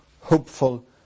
hopeful